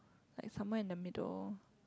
like somewhere in the middle